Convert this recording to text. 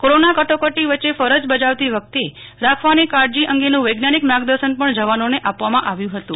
corona કટોકટી વચ્ચે ફરજ બજાવતી વખતે રાખવાની કાળજી અંગેનું વૈજ્ઞાનિક માર્ગદર્શન પણ જવાનો ને આપવામાં આપવામાં આવ્યુ હતું